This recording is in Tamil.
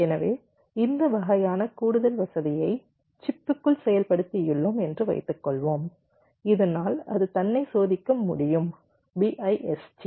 எனவே இந்த வகையான கூடுதல் வசதியை சிப்புகளுக்குள் செயல்படுத்தியுள்ளோம் என்று வைத்துக்கொள்வோம் இதனால் அது தன்னை சோதிக்க முடியும் BIST